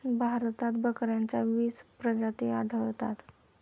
भारतात बकऱ्यांच्या वीस प्रजाती आढळतात